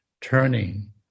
turning